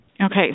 Okay